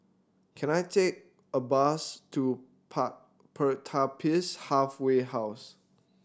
can I take a bus to Pertapis Halfway House